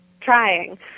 trying